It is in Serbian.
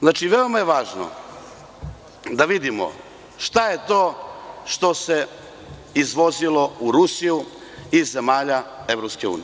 Znači, veoma je važno da vidimo šta je to što se izvozilo u Rusiju iz zemalja EU.